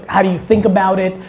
how do you think about it?